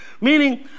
Meaning